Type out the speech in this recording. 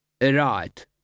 Right